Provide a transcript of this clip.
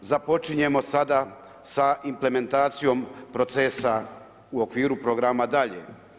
Započinjemo sa implementacijom procesa u okviru programa dalje.